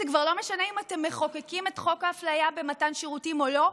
זה כבר לא משנה אם אתם מחוקקים את חוק האפליה במתן שירותים או לא,